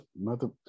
mother